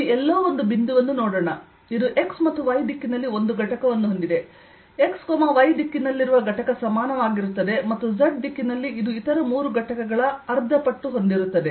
ಇಲ್ಲಿ ಎಲ್ಲೋ ಒಂದು ಬಿಂದುವನ್ನು ನೋಡೋಣ ಇದು x ಮತ್ತು y ದಿಕ್ಕಿನಲ್ಲಿ ಒಂದುಘಟಕವನ್ನು ಹೊಂದಿದೆ x y ದಿಕ್ಕಿನಲ್ಲಿರುವ ಘಟಕ ಸಮಾನವಾಗಿರುತ್ತದೆ ಮತ್ತು z ದಿಕ್ಕಿನಲ್ಲಿ ಇದು ಇತರ ಮೂರು ಘಟಕಗಳ12 ಪಟ್ಟು ಹೊಂದಿರುತ್ತದೆ